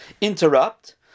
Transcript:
interrupt